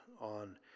On